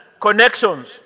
connections